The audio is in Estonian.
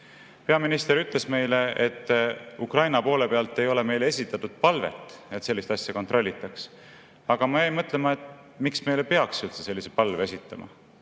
Peaminister ütles meile, et Ukraina poole pealt ei ole meile esitatud palvet, et sellist asja kontrollitaks. Aga ma jäin mõtlema, et miks meile peaks üldse sellise palve esitama.